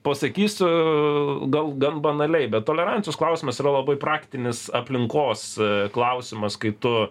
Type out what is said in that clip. pasakysiu gal gan banaliai bet tolerancijos klausimas yra labai praktinis aplinkos klausimas kai tu